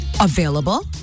available